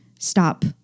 Stop